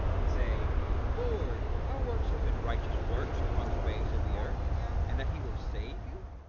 and say lord, our works have been righteous works upon the face of the earth and that he will save you?